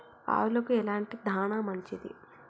ఆవులకు ఎలాంటి దాణా మంచిది?